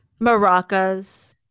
Maracas